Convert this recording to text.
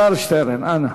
שטרן, אנא.